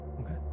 Okay